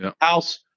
house